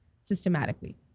systematically